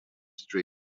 street